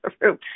room